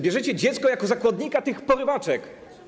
Bierzecie dziecko jako zakładnika tych porywaczek.